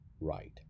right